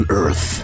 earth